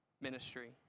ministry